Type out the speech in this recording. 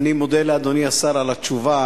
אני מודה לאדוני השר על התשובה,